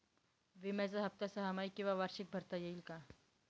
विम्याचा हफ्ता सहामाही किंवा वार्षिक भरता येईल का?